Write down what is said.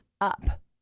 up